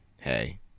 hey